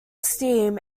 steam